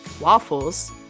waffles